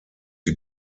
die